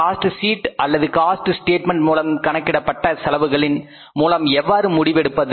cost sheet அல்லது cost statement மூலம் கணக்கிடப்பட்ட செலவுகளின் மூலம் எவ்வாறு முடிவெடுப்பது